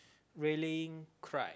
rallying cry